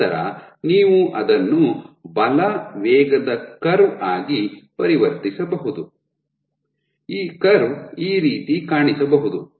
ನಂತರ ನೀವು ಅದನ್ನು ಬಲ ವೇಗದ ಕರ್ವ್ ಆಗಿ ಪರಿವರ್ತಿಸಬಹುದು ಈ ಕರ್ವ್ ಈ ರೀತಿ ಕಾಣಿಸಬಹುದು